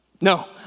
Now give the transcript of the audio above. No